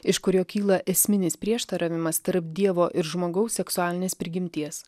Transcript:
iš kurio kyla esminis prieštaravimas tarp dievo ir žmogaus seksualinės prigimties